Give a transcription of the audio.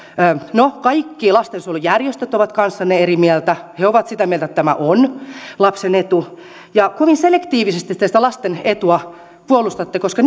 no kaikki lastensuojelujärjestöt ovat kanssanne eri mieltä he ovat sitä mieltä että tämä on lapsen etu kovin selektiivisesti te sitä lasten etua puolustatte koska